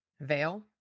Veil